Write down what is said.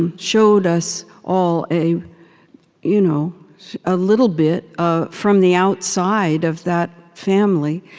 and showed us all a you know ah little bit, ah from the outside of that family,